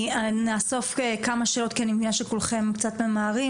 נאסוף כמה שאלות, כי אני מבינה שכולכם קצת ממהרים.